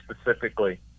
specifically